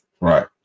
Right